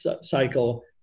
cycle